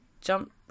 jump